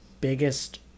biggest